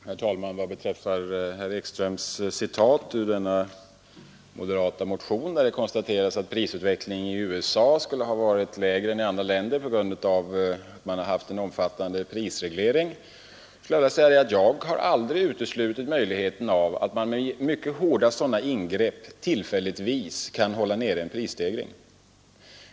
Herr talman! Beträffande herr Ekströms citat ur den motion från moderata samlingspartiet det här gäller och där det konstateras att prisutvecklingen i USA skulle ha varit lägre än i andra länder på grund av att man där haft en omfattande prisreglering vill jag säga att jag aldrig uteslutit möjligheten av att vi med mycket hårda sådana här ingrepp tillfälligtvis kan hålla nere en prisstegring.